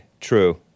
true